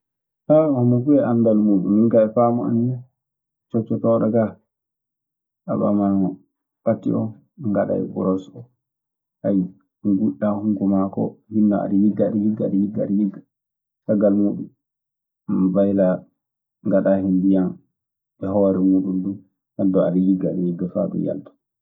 homo fuu e anndal muuɗun. Min kaa e faamu an nii, coccotooɗo kaa, a ɓaman pati oo ngaɗaa e boros oo. ngufƴaa hunuko maa koo. Hinno aɗe yigga aɗe yigga aɗe yigga, caggal muuɗun mbaylaa, ngaɗaa hen ndiyan e hoore muuɗun duu. Heddo, aɗe yigga, aɗe yigga faa ɗun yalta.